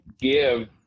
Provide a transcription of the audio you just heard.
give